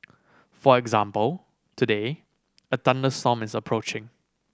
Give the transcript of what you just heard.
for example today a thunderstorm is approaching